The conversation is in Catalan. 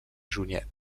junyent